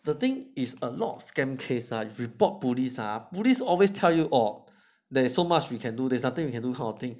the thing is a lot of scam case report police ah police always tell you orh there's so much you can do there's nothing you can do kind of thing